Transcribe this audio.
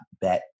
bet